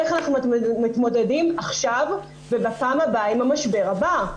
איך אנחנו מתמודדים עכשיו ובפעם הבא עם המשבר הבא?